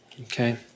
Okay